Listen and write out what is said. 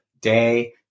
day